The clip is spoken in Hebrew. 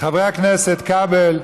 חבר הכנסת כבל,